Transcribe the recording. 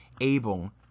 able